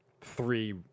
three